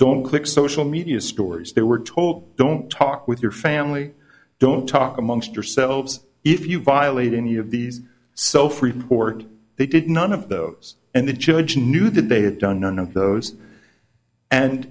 don't click social media stories they were told don't talk with your family don't talk amongst yourselves if you violate any of these so freeport they did none of those and the judge knew that they had done none of those and